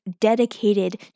dedicated